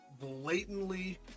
blatantly